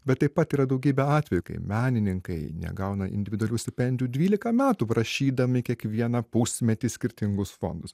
bet taip pat yra daugybė atvejų kai menininkai negauna individualių stipendijų dvylika metų prašydami kiekvieną pusmetį skirtingus fondus